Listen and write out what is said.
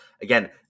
again